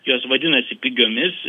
jos vadinasi pigiomis